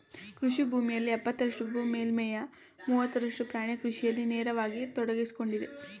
ಕೃಷಿ ಭೂಮಿಯಲ್ಲಿ ಎಪ್ಪತ್ತರಷ್ಟು ಭೂ ಮೇಲ್ಮೈಯ ಮೂವತ್ತರಷ್ಟು ಪ್ರಾಣಿ ಕೃಷಿಯಲ್ಲಿ ನೇರವಾಗಿ ತೊಡಗ್ಸಿಕೊಂಡಿದೆ